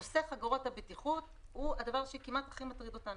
נושא חגורות הבטיחות הוא הדבר שכמעט הכי מטריד אותנו.